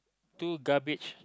two garbage